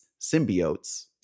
symbiotes